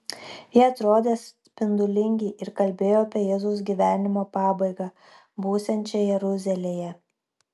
jie atrodė spindulingi ir kalbėjo apie jėzaus gyvenimo pabaigą būsiančią jeruzalėje